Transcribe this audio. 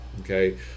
Okay